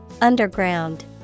Underground